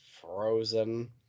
Frozen